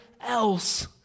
else